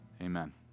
Amen